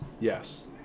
Yes